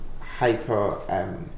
hyper